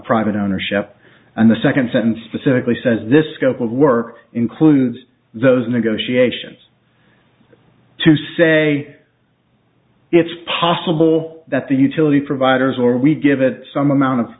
private ownership and the second sentence specifically says this scope of work includes those negotiations to say it's possible that the utility providers or we give it some amount of